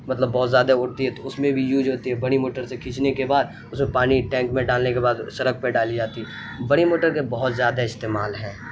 مطلب بہت زیادہ اڑتی ہے تو اس میں بھی یوز ہوتی ہے بڑی موٹر سے کھینچنے کے بعد اس میں پانی ٹینک میں ڈالنے کے بعد سڑک پہ ڈالی جاتی ہے بڑی موٹر کے بہت زیادہ استعمال ہیں